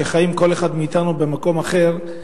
שכל אחד מאתנו חי במקום אחר,